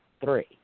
three